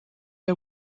der